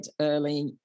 early